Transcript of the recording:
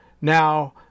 Now